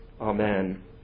Amen